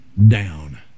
down